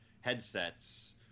headsets